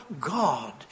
God